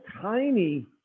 tiny